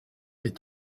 est